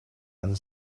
and